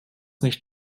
nicht